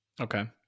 okay